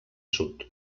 sud